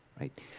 right